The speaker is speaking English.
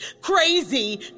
crazy